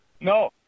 No